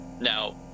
now